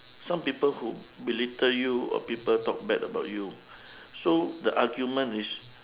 some people who belittle you or people talk bad about you so the argument is